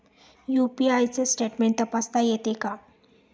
UPI चे statement तपासता येते का?